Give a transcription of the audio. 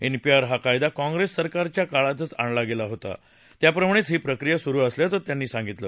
NPR हा कायदा काँग्रेस सरकारच्या काळातच आणला गेला होता त्याप्रमाणेच ही प्रक्रिया सुरु असल्याचं त्यांनी सांगितलं